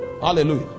Hallelujah